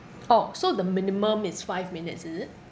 orh so the minimum is five minutes is it